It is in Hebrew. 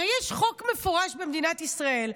הרי יש חוק מפורש במדינת ישראל,